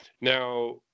now